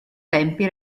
tempi